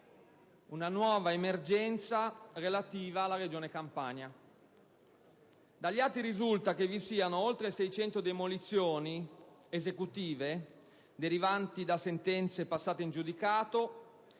una nuova emergenza relativa alla Regione Campania. Dagli atti risulta che vi siano oltre 600 demolizioni esecutive derivanti da sentenze passate in giudicato